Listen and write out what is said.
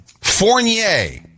Fournier